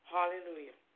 Hallelujah